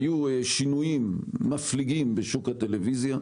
היו שינויים מפליגים בשוק הטלוויזיה.